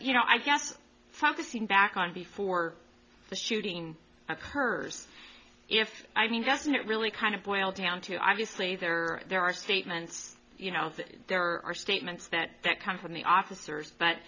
you know i guess focusing back on before the shooting occurs if i mean doesn't it really kind of boil down to obviously there are there are statements you know there are statements that that come from the officers but